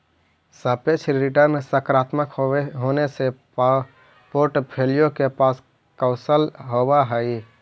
सापेक्ष रिटर्न सकारात्मक होने से पोर्ट्फोलीओ के पास कौशल होवअ हई